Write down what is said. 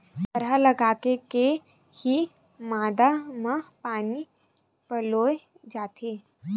थरहा लगाके के ही मांदा म पानी पलोय जाथे